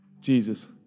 Jesus